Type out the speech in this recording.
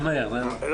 אני